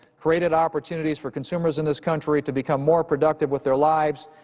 created opportunities for consumers in this country to become more productive with their lives,